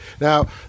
Now